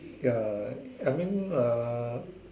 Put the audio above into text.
ya I mean uh